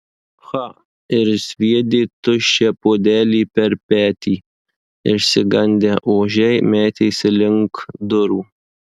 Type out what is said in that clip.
cha ir sviedė tuščią puodelį per petį išsigandę ožiai metėsi link durų